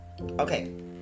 Okay